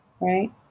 right